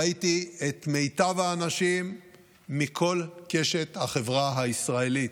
ראיתי את מיטב האנשים מכל קשת החברה הישראלית,